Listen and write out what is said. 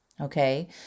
Okay